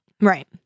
right